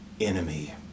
enemy